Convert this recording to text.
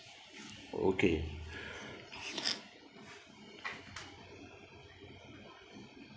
okay